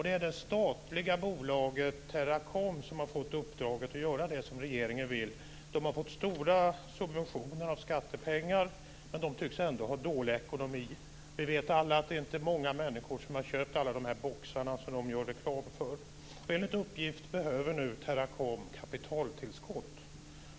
Det är det statliga bolaget Teracom som har fått uppdraget att göra det som regeringen vill. De har fått stora subventioner från skattepengar, men de tycks ändå ha dålig ekonomi. Vi vet alla att det inte är många människor som har köpt dessa boxar de gör reklam för. Enligt uppgift behöver nu Teracom kapitaltillskott.